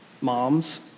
Moms